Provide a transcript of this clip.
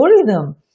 algorithm